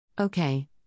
Okay